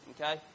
Okay